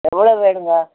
எவ்வளோ வேணுங்க